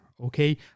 Okay